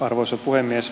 arvoisa puhemies